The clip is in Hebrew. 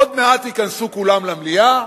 עוד מעט ייכנסו כולם למליאה,